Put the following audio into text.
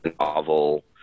novel